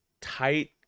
tight